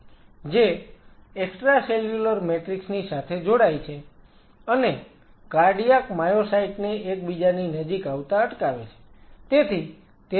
જે extracellular matrix ની સાથે જોડાય છે અને કાર્ડિયાક માયોસાઈટ ને એકબીજાની નજીક આવતાં અટકાવે છે